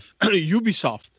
Ubisoft